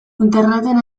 interneten